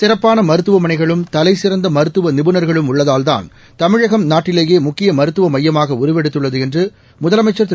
சிறப்பான மருத்துவமனைகளும் தலைசிறந்த மருத்துவ நிபுணர்களும் உள்ளதால் தான் தமிழகம் நாட்டிலேயே முக்கிய மருத்துவ மையமாக உருவெடுத்துள்ளது என்று முதலமைச்சர் திரு